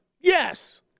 Yes